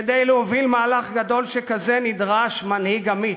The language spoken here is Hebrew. כדי להוביל מהלך גדול שכזה נדרש מנהיג אמיץ,